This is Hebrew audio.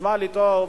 תשמע לי טוב,